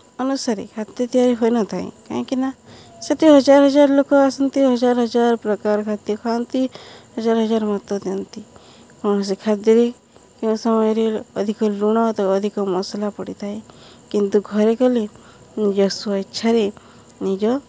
ଅନୁସାରେ ଖାଦ୍ୟ ତିଆରି ହୋଇନଥାଏ କାହିଁକିନା ସେଇଠି ହଜାର ହଜାର ଲୋକ ଆସନ୍ତି ହଜାର ହଜାର ପ୍ରକାର ଖାଦ୍ୟ ଖାଆନ୍ତି ହଜାର ହଜାର ମତ ଦିଅନ୍ତି କୌଣସି ଖାଦ୍ୟରେ କେଉଁ ସମୟରେ ଅଧିକ ଲୁଣ ତ ଅଧିକ ମସଲା ପଡ଼ିଥାଏ କିନ୍ତୁ ଘରେ କଲେ ନିଜ ସ୍ୱଇଚ୍ଛାରେ ନିଜ